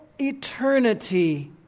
eternity